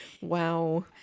wow